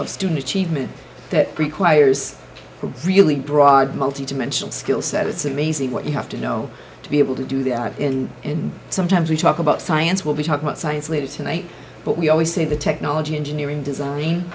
of student achievement that requires a really broad multi dimensional skill set it's amazing what you have to know to be able to do that in and sometimes we talk about science where we talk about science later tonight but we always say the technology engineering design